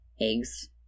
eggs